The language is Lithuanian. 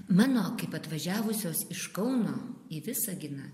mano kaip atvažiavusios iš kauno į visaginą